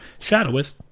Shadowist